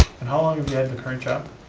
and how long have you had the current job?